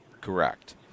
correct